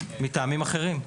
מטעמים אחרים.